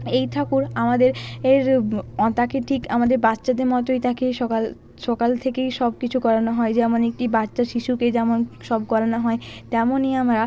এই ঠাকুর আমাদের এর তাকে ঠিক আমাদের বাচ্চাদের মতোই তাকে সকাল সকাল থেকেই সব কিছু করানো হয় যেমন একটি বাচ্চা শিশুকে যেমন সব করানো হয় তেমনই আমরা